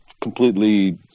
completely